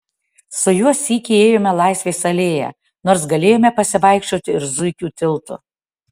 su juo sykį ėjome laisvės alėja nors galėjome pasivaikščioti ir zuikių tiltu